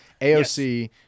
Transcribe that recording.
AOC